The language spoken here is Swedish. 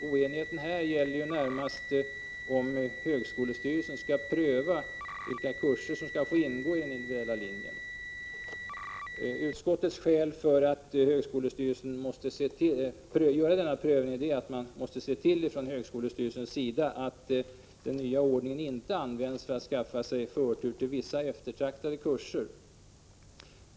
Oenigheten gäller närmast om högskolestyrelsen skall pröva vilka kurser som skall få ingå i den individuella linjen. Utskottets skäl för att högskolestyrelsen skall göra en sådan prövning är att högskolestyrelsen måste se till att den nya ordningen inte används av de studerande för att skaffa sig förtur till vissa eftertraktade kurser.